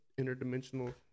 interdimensional